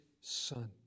Son